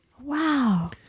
wow